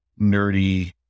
nerdy